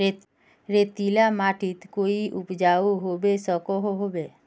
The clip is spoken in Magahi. रेतीला माटित कोई उपजाऊ होबे सकोहो होबे?